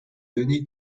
données